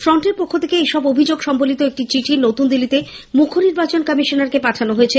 ফ্রন্টের পক্ষ থেকে এইসব অভিযোগ সম্বলিত একটি চিঠি নতুন দিল্লীতে মুখ্য নির্বাচনী কমিশনারকে পাঠানো হয়েছে